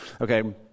Okay